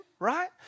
Right